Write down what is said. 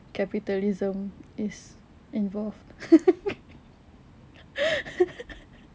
capitalism is involved